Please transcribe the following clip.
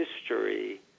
history